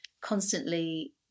constantly